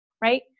right